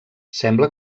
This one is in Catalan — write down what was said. sembla